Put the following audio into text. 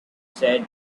said